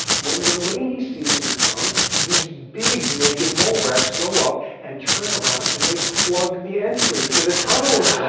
when the rainy season comes, these big naked mole rats go up and turn around and they plug the entry to the tunnels